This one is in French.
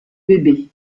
bébé